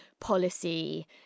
policy